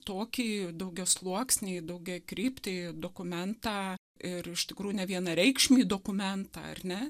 tokį daugiasluoksnį daugiakryptį dokumentą ir iš tikrųjų nevienareikšmį dokumentą ar ne